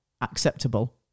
acceptable